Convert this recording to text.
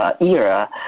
era